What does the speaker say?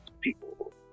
people